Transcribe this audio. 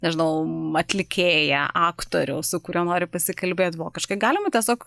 nežinau atlikėją aktorių su kuriuo nori pasikalbėt vokiškai galima tiesiog